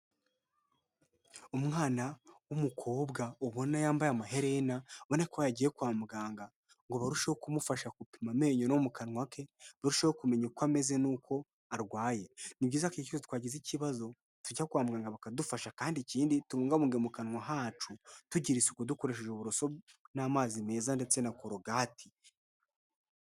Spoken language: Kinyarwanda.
Umwana w'umukobwa ubona yambaye amaherena abona ko yagiye kwa muganga ngo barusheho kumufasha gupima amenyo no mu kanwa ke, barushaho kumenya uko ameze n'uko arwaye, ni byiza ko igihe cyose twagize ikibazo tujya kwa muganga bakadufasha, kandi ikindi tubungabuge mu kanwa hacu tugira isuku dukoresheje uburoso n'amazi meza ndetse na korogati.